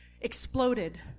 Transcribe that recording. exploded